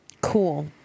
Cool